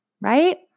right